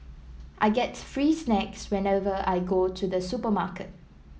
I get free snacks whenever I go to the supermarket